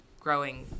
growing